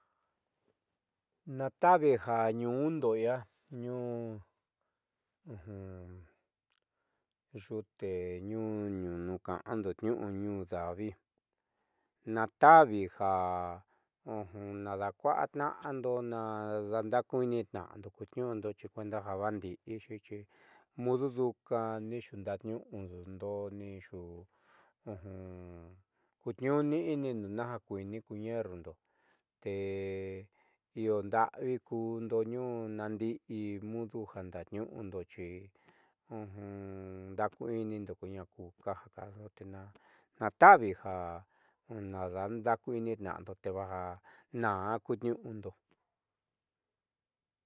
Naata'avi ja ñuundo i'io ñuu yute ñuun nu ka'ando tniu'u davi naata'avi jo naadaakua'atna'ando na ndaa ndaakui'ini tna'ando ku tniu'undo kuenda vaajdi'ixi xi mudu nduuka niixuundaatniu'undo nixu kuutniu'uni najku kui'ini ku ñerrundo te io ndaavi ku'undo tniuu nan dii mudu jo ndaatniu'undo xi ndaakui'inindo ko akuju ja kadando tena nata'avi jaandakui'initna'ando tevaj kunaa ku tniu'undo.